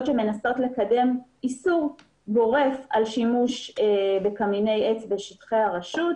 שמנסות לקדם איסור גורף על שימוש בקמיני עץ בשטחי הרשות,